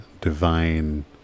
divine